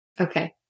Okay